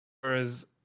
whereas